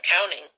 counting